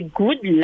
good